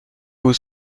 vous